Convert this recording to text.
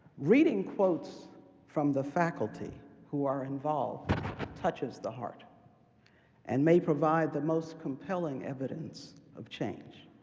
reading quotes from the faculty who are involved touches the heart and may provide the most compelling evidence of change.